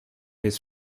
his